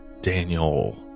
Daniel